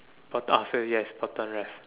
bottom ah so yes bottom left